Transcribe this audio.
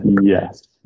Yes